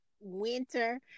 winter